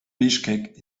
bischkek